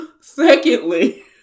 Secondly